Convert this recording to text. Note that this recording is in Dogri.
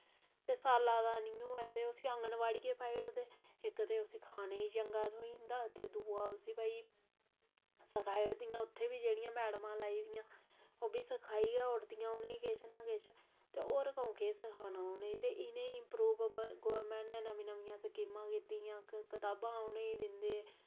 ते साला दा निं होऐ ते उस्सी आंगनबाड़ी पाई ओड़दे ते इक्क ते उस्सी खानै गी चंगा थ्होई जंदा ते दूआ उस्सी भाई सखाई ओड़दि्यां उत्थै बी जेह्कियां मैड़मां लाई ओड़दियां ओह् बी सखाई ओड़दियां उ'नें गी किश ना किश ते होर केह् सखाना उ'नें गी ते इ'नें गी सगुआं गौरमेंट नै नम्मियां नम्मियां स्कीमां दित्ती दियां कोई कताबां उ'नें गी दिंदे